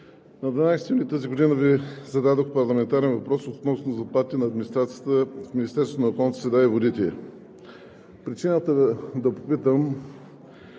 на 12 юни миналата година Ви зададох парламентарен въпрос относно заплатите на администрацията в Министерство на околната среда и водите. Причината да попитам